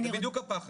זה בדיוק הפחד.